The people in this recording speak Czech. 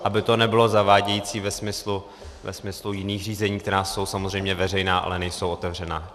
Aby to nebylo zavádějící ve smyslu jiných řízení, která jsou samozřejmě veřejná, ale nejsou otevřená.